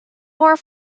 more